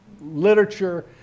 literature